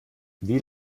wie